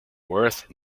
worth